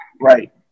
Right